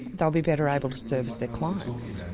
they'll be better able to service their clients.